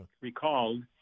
recalled